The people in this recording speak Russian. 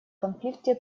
конфликте